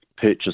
purchase